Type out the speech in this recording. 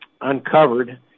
uncovered